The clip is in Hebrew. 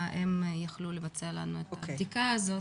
הם יוכלו לבצע לנו את הבדיקה הזאת,